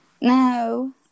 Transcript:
No